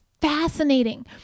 fascinating